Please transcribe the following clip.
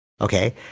okay